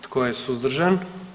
Tko je suzdržan?